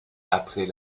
après